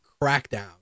Crackdown